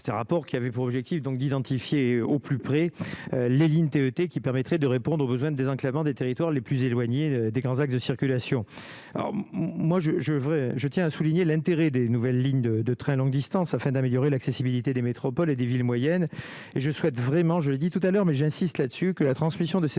c'est un rapport qui avait pour objectif, donc d'identifier au plus près les lignes THT qui permettrait de répondre aux besoins désenclavement des territoires les plus éloignés des grands axes de circulation. Moi, je, je veux, je tiens à souligner l'intérêt des nouvelles lignes de de très longues distances afin d'améliorer l'accessibilité des métropoles et des villes moyennes et je souhaite vraiment, je l'ai dit tout à l'heure mais j'insiste là-dessus, que la transmission de cette